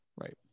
Right